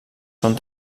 són